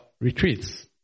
retreats